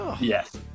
Yes